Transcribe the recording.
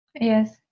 yes